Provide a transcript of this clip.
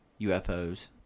ufos